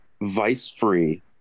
vice-free